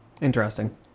Interesting